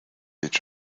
each